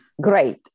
Great